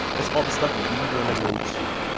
that's all the stuff we want to know, too.